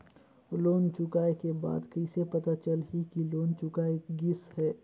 Loan चुकाय के बाद कइसे पता चलही कि लोन चुकाय गिस है?